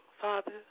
Father